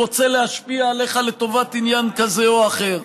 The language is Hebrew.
רוצה להשפיע עליך לטובת עניין כזה או אחר,